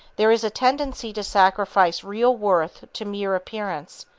there is a tendency to sacrifice real worth to mere appearance,